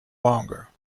longer